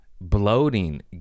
bloating